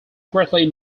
greatly